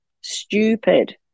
Stupid